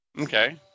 Okay